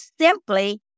simply